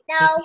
No